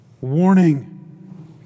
Warning